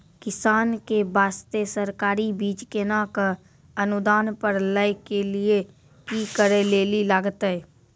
किसान के बास्ते सरकारी बीज केना कऽ अनुदान पर लै के लिए की करै लेली लागतै?